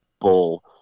bull